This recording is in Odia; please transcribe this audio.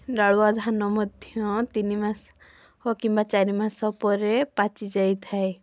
ଡାଳୁଆ ଧାନ ମଧ୍ୟ ତିନି ମାସ କିମ୍ବା ଚାରି ମାସ ପରେ ପାଚି ଯାଇଥାଏ